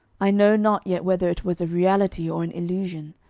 i know not yet whether it was a reality or an illusion,